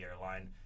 airline